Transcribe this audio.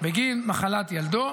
בגין מחלת ילדו,